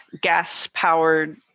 gas-powered